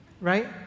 Right